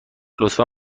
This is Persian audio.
لطفا